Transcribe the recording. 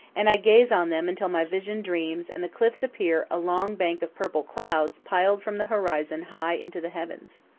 and i gaze on them until my vision dreams and the cliffs appear a long bank of purple clouds piled from the horizon high into the heavens.